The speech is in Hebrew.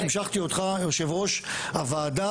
והמשכתי אותך יושב ראש הוועדה,